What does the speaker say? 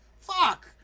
Fuck